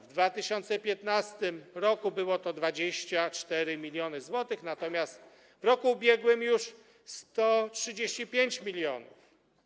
W 2015 r. było to 24 mln zł, natomiast w roku ubiegłym już 135 mln.